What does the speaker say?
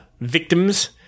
victims